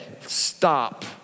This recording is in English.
Stop